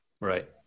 Right